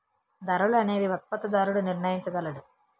ధరలు అనేవి ఉత్పత్తిదారుడు నిర్ణయించగలడు